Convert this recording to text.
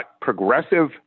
progressive